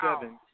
seven